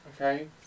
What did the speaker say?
Okay